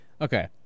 okay